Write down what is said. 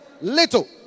little